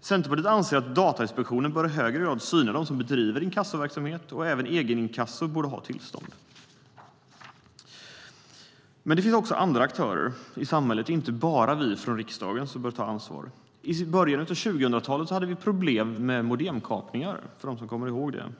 Centerpartiet anser att Datainspektionen i högre grad bör syna dem som bedriver inkassoverksamhet, och även egeninkasso borde ha tillstånd. Men det finns också andra aktörer i samhället, inte bara vi från riksdagen, som bör ta ansvar. I början av 2000-talet hade vi problem med modemkapningar - kommer ni ihåg det?